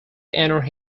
enter